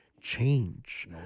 change